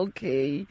Okay